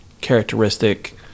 characteristic